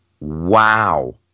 wow